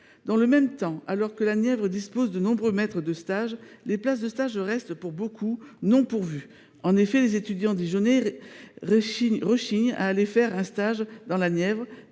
Dans le même temps, alors que la Nièvre dispose de nombreux maîtres de stage, les places de stage restent, pour beaucoup, non pourvues. En effet, les étudiants dijonnais rechignent à aller faire un stage dans la Nièvre,